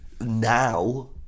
now